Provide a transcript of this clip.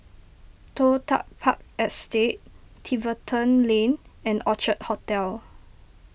Toh Tuck Park Estate Tiverton Lane and Orchard Hotel